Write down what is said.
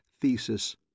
thesis